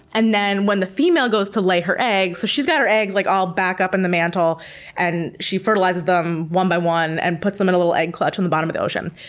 and then when the female goes to lay her eggs so she's got her eggs like all back up in the mantle and she fertilizes them one by one and puts them in a little egg clutch on the bottom of the ocean.